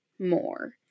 more